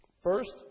First